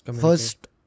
first